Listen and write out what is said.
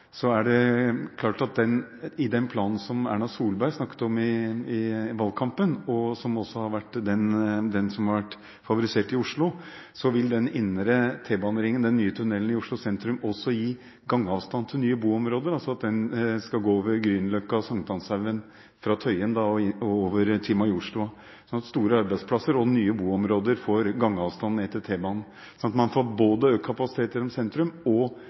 er det klart at med den planen som Erna Solberg snakket om i valgkampen, og som også er den som har vært favorisert i Oslo, vil den indre T-baneringen, den nye tunnelen i Oslo sentrum, gi gangavstand til nye boområder. Den skal gå over Grünerløkka og St. Hanshaugen fra Tøyen og over til Majorstua, og store arbeidsplasser og nye boområder får gangavstand til T-banen. Da får man både økt kapasitet gjennom sentrum og